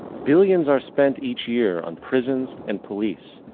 billions are spend each year on prisons and police,